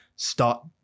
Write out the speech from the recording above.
start